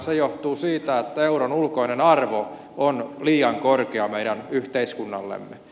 se johtuu siitä että euron ulkoinen arvo on liian korkea meidän yhteiskunnallemme